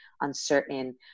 uncertain